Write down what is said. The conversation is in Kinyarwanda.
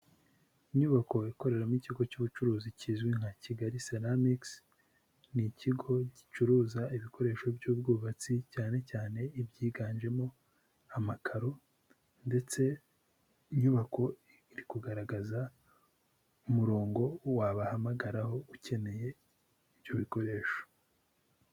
Inyubako ikoreramo ikigo cy'ubucuruzi kizwi nka Kigali seramikizi, ni ikigo gicuruza ibikoresho by'ubwubatsi cyane cyane ibyiganjemo amakaro ndetse inyubako iri kugaragaza umurongo wabahamagaraho ukeneye ibyo bikoresho.